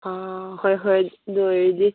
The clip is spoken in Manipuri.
ꯍꯣꯏ ꯍꯣꯏ ꯑꯗꯨ ꯑꯣꯏꯔꯗꯤ